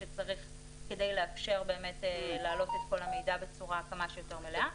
שצריך כדי לאפשר באמת להעלות את כל המידע בצורה כמה שיותר מלאה,